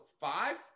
five